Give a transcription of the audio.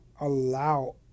allow